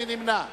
מי נמנע?